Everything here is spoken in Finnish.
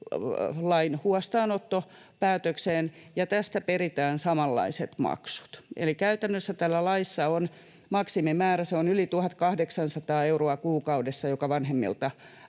huostaanottopäätökseen ja peritään samanlaiset maksut. Eli käytännössä laissa maksimimäärä on yli 1 800 euroa kuukaudessa, joka vanhemmilta